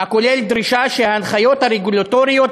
הכולל דרישה שההנחיות הרגולטוריות